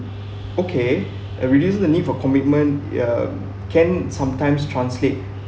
okay and reduce the need for commitment ya can sometimes translate